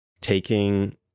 taking